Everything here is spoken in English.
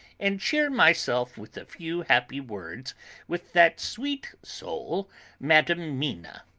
and cheer myself with a few happy words with that sweet soul madam mina.